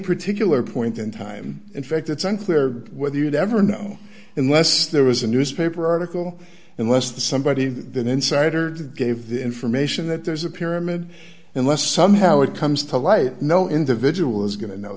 particular point in time in fact it's unclear whether you'd ever know unless there was a newspaper article in less than somebody that insider gave the information that there's a pyramid unless somehow it comes to light no individual is going to know